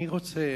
מי רוצה